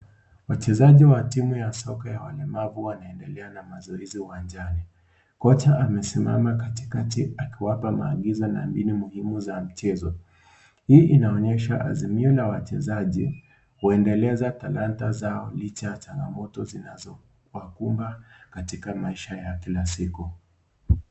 Wachezaji wa timu ya soka ya walemavu wanaendelea na mazoezi uwanjani. Kocha amesimama katikati akiwapa maagizo na mbinu muhimu za michezo. Hii inaonyesha azimio la wachezaji kuendeleza talanta zao licha ya changamoto zinazowakumba katika maisha ya kila siku.